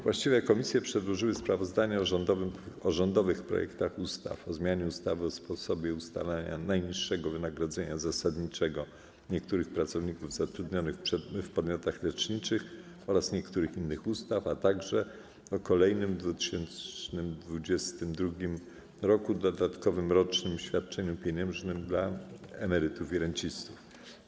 Właściwe komisje przedłożyły sprawozdania o rządowych projektach ustaw: o zmianie ustawy o sposobie ustalania najniższego wynagrodzenia zasadniczego niektórych pracowników zatrudnionych w podmiotach leczniczych oraz niektórych innych ustaw, a także o kolejnym w 2022 r. dodatkowym rocznym świadczeniu pieniężnym dla emerytów i rencistów.